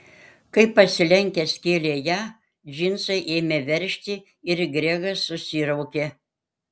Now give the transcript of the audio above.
kai pasilenkęs kėlė ją džinsai ėmė veržti ir gregas susiraukė